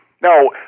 Now